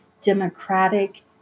democratic